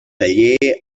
taller